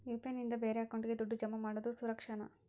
UPI ನಿಂದ ಬೇರೆ ಅಕೌಂಟಿಗೆ ದುಡ್ಡು ಜಮಾ ಮಾಡೋದು ಸುರಕ್ಷಾನಾ?